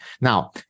Now